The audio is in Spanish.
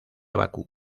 bakú